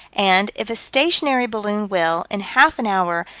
and, if a stationary balloon will, in half an hour,